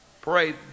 Pray